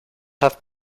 have